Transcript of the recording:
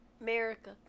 America